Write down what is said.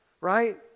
right